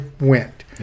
went